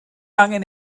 angen